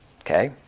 okay